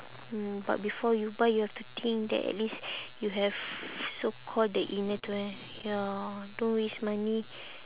mm but before you buy you have to think that at least you have so call the inner t~ wear ya don't waste money